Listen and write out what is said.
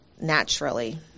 naturally